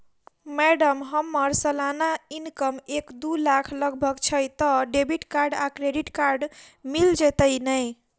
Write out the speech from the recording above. Madam हम्मर सलाना income एक दु लाख लगभग छैय तऽ डेबिट कार्ड आ क्रेडिट कार्ड मिल जतैई नै?